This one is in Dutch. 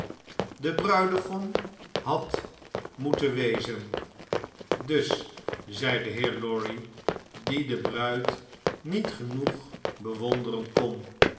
de bruidegom had moeten wezen dus zei de heer lorry die de bruid niet genoeg bewonderen kon